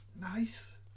Nice